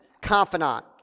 confidant